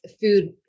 food